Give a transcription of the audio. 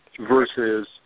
Versus